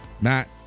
matt